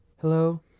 Hello